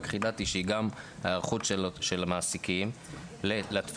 חידדתי שהיא גם ההיערכות של המעסיקים לטפסים,